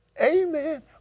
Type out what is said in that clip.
Amen